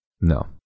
No